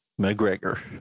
McGregor